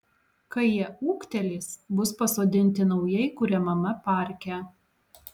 kai jie ūgtelės bus pasodinti naujai kuriamame parke